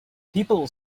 people